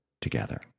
together